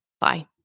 Bye